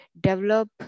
develop